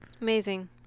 Amazing